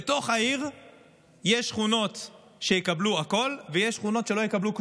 בתוך העיר יש שכונות שיקבלו הכול ויש שכונות שלא יקבלו כלום.